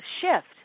shift